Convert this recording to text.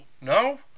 No